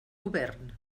govern